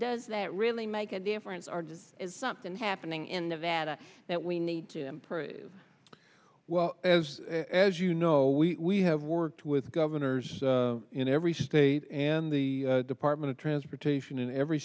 does that really make a difference or does is something happening in the vadra that we need to improve well as as you know we have worked with governors in every state and the department of transportation in every